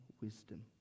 wisdom